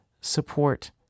support